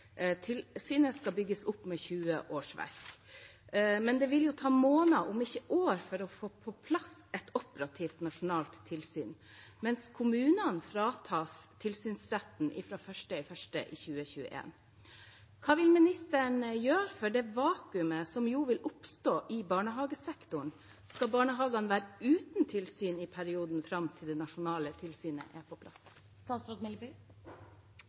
tilsynet skal bygges opp med 20 årsverk. Men det vil jo ta måneder, om ikke år, å få på plass et operativt nasjonalt tilsyn, mens kommunene fratas tilsynsretten fra 1. januar 2021. Hva vil ministeren gjøre ved det vakuumet som jo vil oppstå i barnehagesektoren? Skal barnehagene være uten tilsyn i perioden fram til det nasjonale tilsynet er på